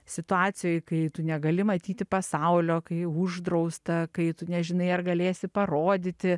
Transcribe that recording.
situacijoj kai tu negali matyti pasaulio kai uždrausta kai tu nežinai ar galėsi parodyti